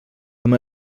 amb